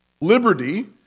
Liberty